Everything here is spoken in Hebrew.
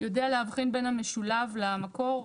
יודע להבחין בין המשולב למקור,